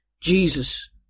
Jesus